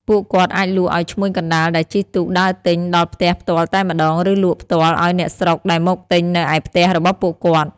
ពួកគាត់អាចលក់ឲ្យឈ្មួញកណ្តាលដែលជិះទូកដើរទិញដល់ផ្ទះផ្ទាល់តែម្ដង ឬលក់ផ្ទាល់ឲ្យអ្នកស្រុកដែលមកទិញនៅឯផ្ទះរបស់ពួកគាត់។